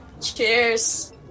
Cheers